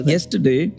Yesterday